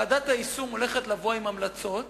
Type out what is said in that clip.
ועדת היישום תבוא עם המלצות